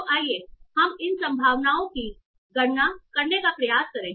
तो आइए हम इन संभावनाओं की गणना करने का प्रयास करें